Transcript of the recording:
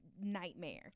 Nightmare